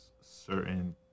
certain